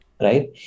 right